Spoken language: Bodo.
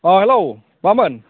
अ हेल' मामोन